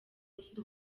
ufite